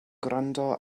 gwrando